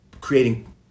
creating